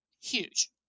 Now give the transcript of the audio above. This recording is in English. huge